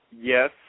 yes